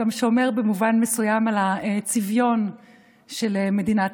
שומר גם במובן מסוים על הצביון של מדינת